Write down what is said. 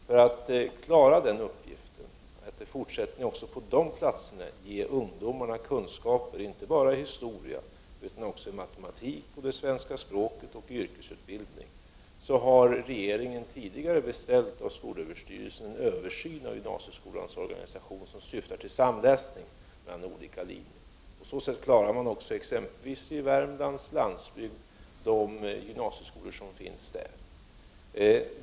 För att klara uppgiften att i fortsättningen också på de platserna ge ungdomarna kunskaper, inte bara i historia, utan också i matematik och svenska språket samt att ge dem en yrkesutbildning, har regeringen tidigare av skolöverstyrelsen beställt en översyn av gymnasieskolans organisation som syftar till samläsning mellan olika linjer. På så sätt klarar man också de gymnasieskolor som finns exempelvis på landsbygden i Värmland.